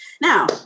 Now